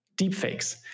deepfakes